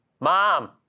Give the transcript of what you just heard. mom